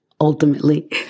ultimately